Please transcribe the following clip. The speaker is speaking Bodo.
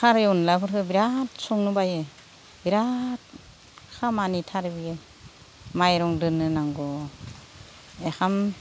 खारै अनलाफोरखौ बिरात संनो बायो बिरात खामानिथार बेयो माइरं दोननो नांगौ ओंखाम